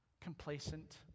Complacent